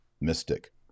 Mystic